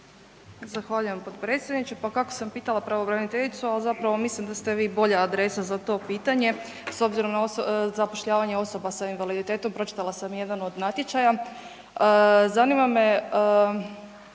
Zahvaljujem potpredsjedniče. Pa kako sam pitala pravobraniteljicu, al zapravo mislim da ste vi bolja adresa za to pitanje s obzirom na zapošljavanje osoba s invaliditetom, pročitala sam jedan od natječaja. Zanima me